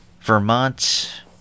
Vermont